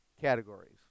categories